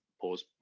pause